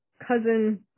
cousin